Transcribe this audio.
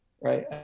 right